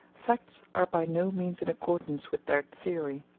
facts are by no means in accordance with their theory.